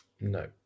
No